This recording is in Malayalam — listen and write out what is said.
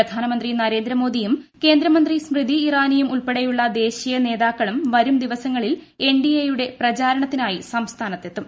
പ്രധാനമന്ത്രി നരേന്ദ്ര മ്മോദിയുട് കേന്ദ്രമന്ത്രി സ്മൃതി ഇറാനിയും ഉൾപ്പെടെയുള്ള ദേശ്വീയ നേതാക്കളും വരും ദിവസങ്ങളിൽ എൻഡിഎയുടെ പ്രചാരണ്ടത്തിനായി സംസ്ഥാനത്തെത്തും